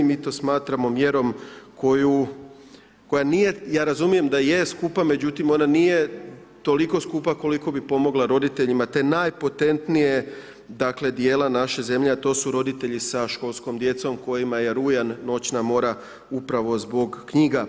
Mi to smatramo mjerom koja, nije ja razumijem da je skupa, međutim, ona nije tolika skupa kolika bi pomogla roditeljima, te najpotentnije, dakle, djela naše zemlje, a to su roditelji sa školskom djecom, kojima je rujan noćna mora upravo zbog knjiga.